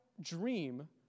dream